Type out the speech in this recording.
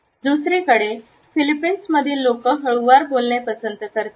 दुसरीकडे फिलिपिन्समधील लोक हळूवारपणे बोलणे पसंत करतात